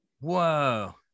Whoa